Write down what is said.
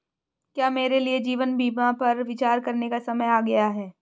क्या मेरे लिए जीवन बीमा पर विचार करने का समय आ गया है?